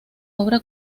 obra